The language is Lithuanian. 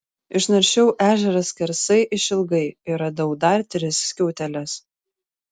išnaršiau ežerą skersai išilgai ir radau dar tris skiauteles